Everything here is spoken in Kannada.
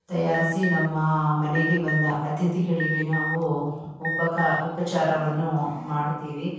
ತಯಾರಿಸಿ ನಮ್ಮ ಮನೆಗೆ ಬಂದ ಅತಿಥಿಗಳಿಗೆ ನಾವು ಉಪಕಾ ಉಪಚಾರವನ್ನು ಮಾಡ್ತೀರಿ